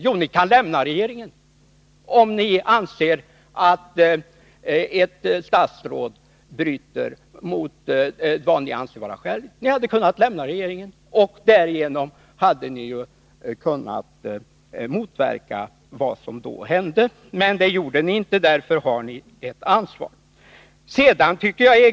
Jo, ni kunde ha lämnat regeringen, om ni ansåg att ett statsråd bröt mot vad ni själva ansåg vara riktigt. Därigenom hade ni kunnat motverka vad som hände. Men det gjorde ni inte, och därför har ni ett ansvar.